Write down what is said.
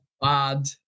bad